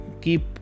keep